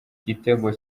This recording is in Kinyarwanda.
gitego